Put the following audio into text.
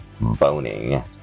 boning